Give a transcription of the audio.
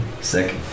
Sick